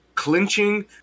Clinching